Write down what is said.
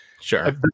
Sure